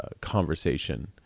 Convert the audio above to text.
conversation